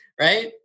Right